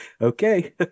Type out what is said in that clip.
okay